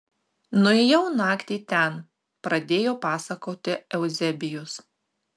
nuėjau naktį ten pradėjo pasakoti euzebijus